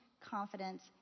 confidence